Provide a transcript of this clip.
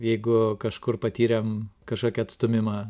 jeigu kažkur patyrėm kažkokį atstūmimą